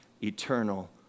eternal